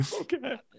Okay